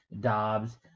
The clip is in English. Dobbs